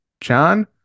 John